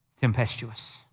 tempestuous